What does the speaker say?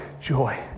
joy